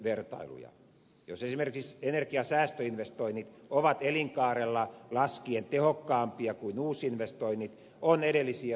jos esimerkiksi energiansäästöinvestoinnit ovat elinkaarella laskien tehokkaampia kuin uusinvestoinnit on edellisiä suosittava